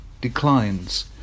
declines